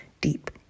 deep